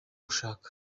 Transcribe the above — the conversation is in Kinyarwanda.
ushaka